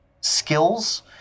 skills